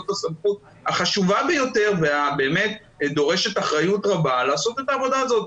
את הסמכות החשובה ביותר וזאת שדורשת אחריות רבה לעשות את העבודה הזאת.